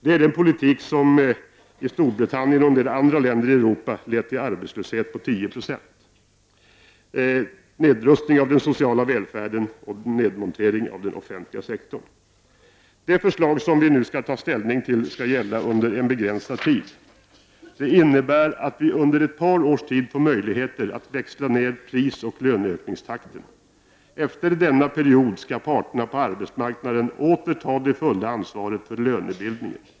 Det är den politik som i Storbritannien och en del andra länder i Europa lett till arbetslöshet på 10 96, nedrustning av den sociala välfärden och nedmontering av den offentliga sektorn. Det förslag som vi nu skall ta ställning till skall gälla under en begränsad tid. Det innebär att vi under ett par års tid får möjlighet att växla ned prisoch löneökningstakten. Efter denna period skall parterna på arbetsmarknaden åter ta det fulla ansvaret för lönebildningen.